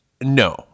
No